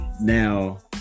now